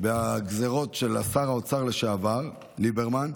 כל כך בגזרות של שר האוצר לשעבר ליברמן,